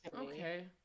Okay